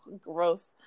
gross